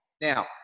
Now